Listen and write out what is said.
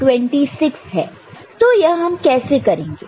तो यह हम कैसे करेंगे